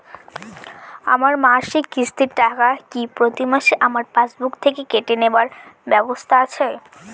আমার মাসিক কিস্তির টাকা কি প্রতিমাসে আমার পাসবুক থেকে কেটে নেবার ব্যবস্থা আছে?